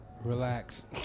relax